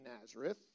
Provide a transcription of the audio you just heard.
Nazareth